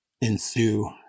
ensue